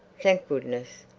thank goodness,